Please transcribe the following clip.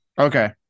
Okay